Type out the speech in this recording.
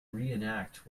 reenact